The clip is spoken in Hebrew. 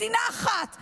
מדינה אחת,